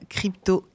Crypto